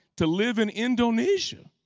to live in indonesia.